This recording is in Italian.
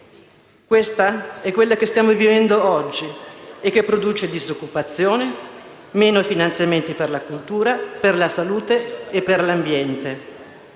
quest'ultima è quella che stiamo vivendo oggi e che produce disoccupazione, meno finanziamenti per la cultura, per la salute e per l'ambiente.